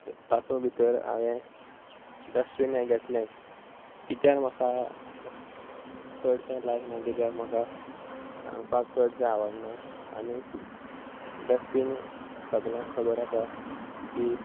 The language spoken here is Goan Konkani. तातूंत भितर हांवें डस्टबीन हें घेतलें किचन म्हाका चडशें लायक ना कित्याक म्हाका रांदपाक चडशें आवडना आनी डस्टबीन सगल्यांक खबर आसा की